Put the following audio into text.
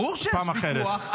ברור שיש ויכוח.